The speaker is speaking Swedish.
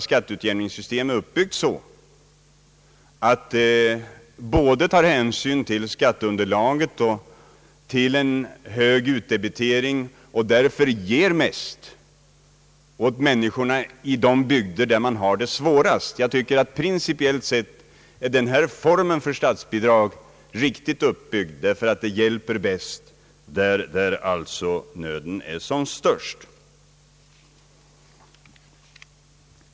Skatteutjämningssystemet är nämligen uppbyggt så att det tar hänsyn till både skatteunderlaget och en hög utdebitering och därför ger mest åt människorna i de bygder där man har det svårast. Principiellt sett tycker jag att denna form av statsbidrag är riktigt uppbyggd, därför att den hjälper bäst där behovet är som störst.